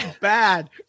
bad